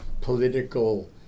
political